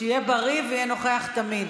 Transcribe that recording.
שיהיה בריא ויהיה נוכח תמיד.